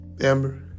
Amber